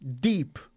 deep